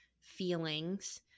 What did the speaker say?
feelings